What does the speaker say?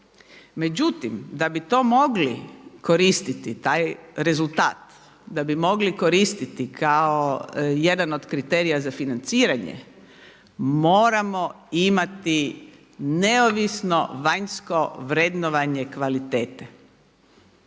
Međutim, da bi to mogli koristiti taj rezultat, da bi mogli koristiti kao jedan od kriterija za financiranje moramo imati neovisno vanjsko vrednovanje kvalitete.